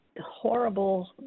horrible